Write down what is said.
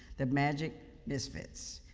the magic misfits.